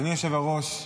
אדוני היושב-ראש,